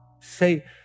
Say